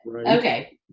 Okay